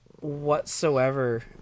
whatsoever